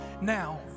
now